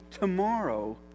tomorrow